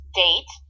date